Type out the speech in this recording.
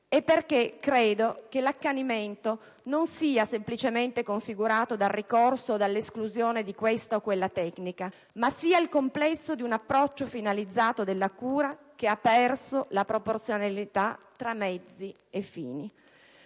infatti, che l'accanimento non sia semplicemente configurato dal ricorso o dall'esclusione di questa o quella tecnica, ma sia il complesso di un approccio finalizzato della cura che ha perso la proporzionalità tra mezzi e fini.